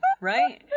right